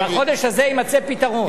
בחודש הזה יימצא פתרון.